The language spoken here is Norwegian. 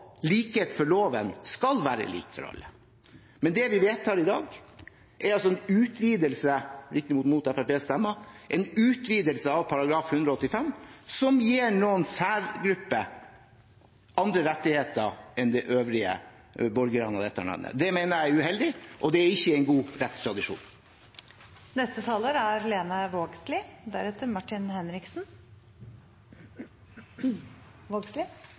likhet for loven skal være lik for alle. Men det man vedtar i dag – riktignok mot Fremskrittspartiets stemmer – er en utvidelse av § 185, som gir noen særgrupper andre rettigheter enn de øvrige borgerne i dette landet. Det mener jeg er uheldig, og det er ikke en god